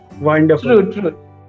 wonderful